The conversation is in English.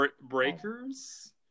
Breakers